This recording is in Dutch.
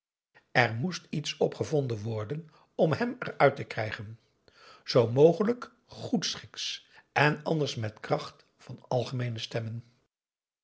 er moest iets op gevonden worden om hem eruit te krijgen zoo mogelijk goedschiks en anders met kracht van algemeene stemmen